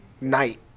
night